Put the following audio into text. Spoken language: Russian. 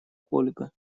ольга